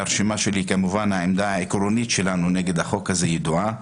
כמובן העמדה העקרונית שלנו נגד החוק הזה ידועה.